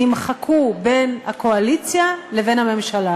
בין הקואליציה לבין הממשלה,